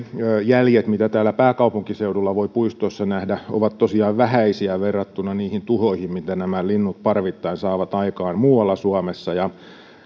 jäljet mitä täällä pääkaupunkiseudulla voi puistoissa nähdä ovat tosiaan vähäisiä verrattuna niihin tuhoihin mitä nämä linnut parvittain saavat aikaan muualla suomessa